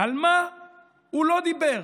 על מה הוא לא דיבר,